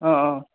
অঁ অঁ